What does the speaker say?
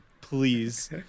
please